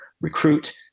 recruit